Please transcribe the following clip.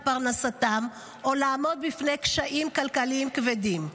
פרנסתם או לעמוד בפני קשיים כלכליים כבדים.